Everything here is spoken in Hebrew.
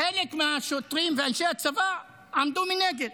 חלק מהשוטרים ואנשי הצבא עמדו מנגד.